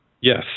Yes